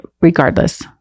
Regardless